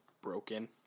broken